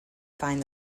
find